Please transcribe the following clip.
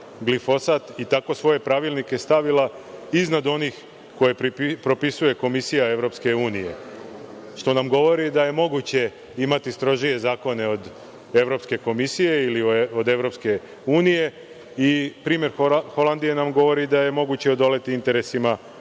glifosat i tako svoje pravilnike stavila iznad onih koje propisuje Komisija Evropske unije, što nam govori da je moguće imati strože zakone od Evropske komisije ili od Evropske unije. Primer Holandije nam govori da je moguće odoleti interesima